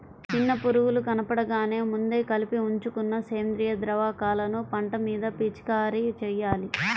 చిన్న పురుగులు కనబడగానే ముందే కలిపి ఉంచుకున్న సేంద్రియ ద్రావకాలను పంట మీద పిచికారీ చెయ్యాలి